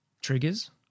triggers